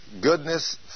goodness